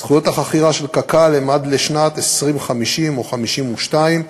זכויות החכירה של קק"ל הן עד לשנת 2050 או 2052,